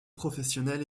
professionnelle